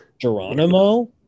Geronimo